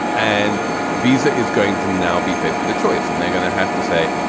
and visa is going to now be faced with a choice. and they're going to have to say,